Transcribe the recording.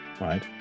right